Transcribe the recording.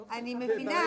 אני מבינה.